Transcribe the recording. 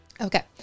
Okay